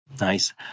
Nice